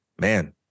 man